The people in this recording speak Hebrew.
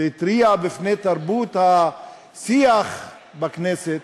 והתריע מפני תרבות השיח בכנסת.